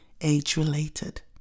age-related